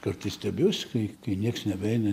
kartais stebiuosi kai kai nieks nebeina